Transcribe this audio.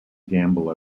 gamble